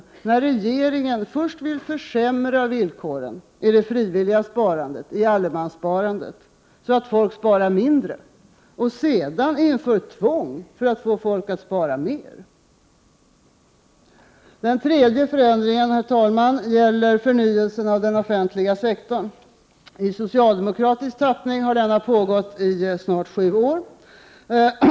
Först vill ju regeringen försämra villkoren i det frivilliga sparandet, i allemanssparandet, så att folk sparar mindre och sedan inför man tvång för att få folk att spara mer! Den tredje förändringen gäller förnyelsen av den offentliga sektorn. I socialdemokratisk tappning har denna förnyelse pågått i snart sju år.